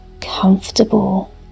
comfortable